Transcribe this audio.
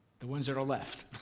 the ones that are left